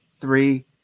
Three